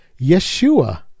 Yeshua